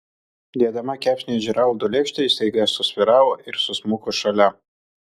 dėdama kepsnį į džeraldo lėkštę ji staiga susvyravo ir susmuko šalia